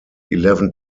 eleven